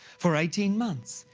for eighteen months,